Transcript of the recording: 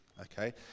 okay